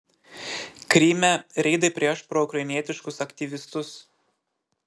kryme reidai prieš proukrainietiškus aktyvistus